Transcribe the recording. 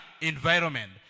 environment